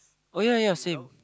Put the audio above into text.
oh ya ya ya same